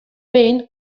behin